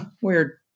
weird